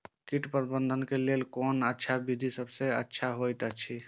कीट प्रबंधन के लेल कोन अच्छा विधि सबसँ अच्छा होयत अछि?